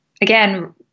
again